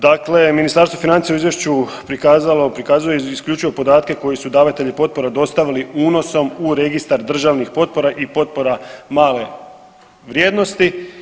Dakle Ministarstvo financija u izvješću prikazuje isključivo podatke koji su davatelji potpora dostavili unosom u registar državnih potpora i potpora male vrijednosti.